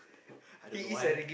I don't know why